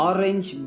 Orange